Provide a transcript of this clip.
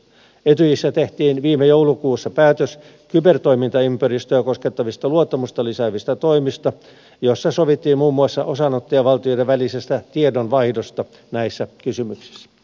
etyjissä tehtiin viime joulukuussa päätös kybertoimintaympäristöä koskettavista luottamusta lisäävistä toimista jossa sovittiin muun muassa osanottajavaltioiden välisestä tiedonvaihdosta näissä kysymyksissä